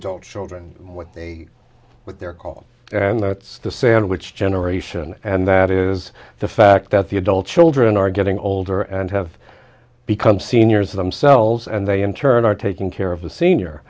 adult children what they what they're called and that's the sandwich generation and that is the fact that the adult children are getting older and have become seniors themselves and they in turn are taking care of the senior